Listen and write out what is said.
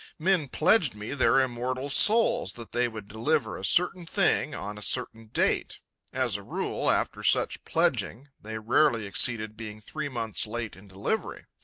men pledged me their immortal souls that they would deliver a certain thing on a certain date as a rule, after such pledging, they rarely exceeded being three months late in delivery.